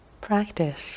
practice